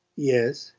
yes.